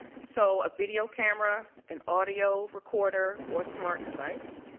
so video camera, and audio recorder or smart device.